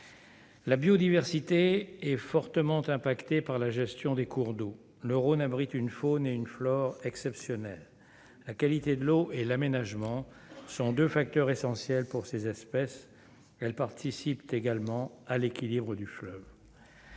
La biodiversité est fortement impactée par la gestion des cours d'eau, l'Euro n'abrite une faune et une flore exceptionnelle la qualité de l'eau et l'aménagement sont 2 facteurs essentiels pour ces espèces, elles participent également à l'équilibre du fleuve.